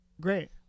great